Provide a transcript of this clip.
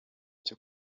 cyo